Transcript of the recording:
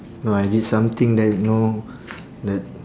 know I did something that know that